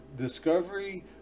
discovery